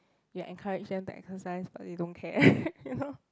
you encourage them to exercise but they don't care you know